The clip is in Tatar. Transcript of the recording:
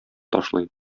ташлый